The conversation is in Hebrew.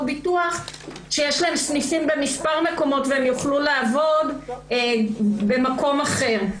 ביטוח שיש להם סניפים במספר מקומות והם יוכלו לעבוד במקום אחר.